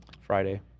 Friday